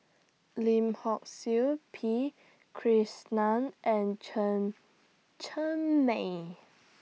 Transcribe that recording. Lim Hock Siew P Krishnan and Chen Cheng Mei